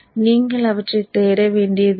நீங்கள் அவற்றை தேட வேண்டியதில்லை